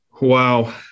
Wow